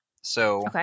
So-